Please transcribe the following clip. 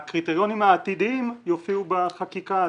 הקריטריונים העתידיים יופיעו בחקיקה.